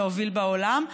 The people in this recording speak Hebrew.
להוביל בעולם,